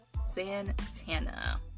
Santana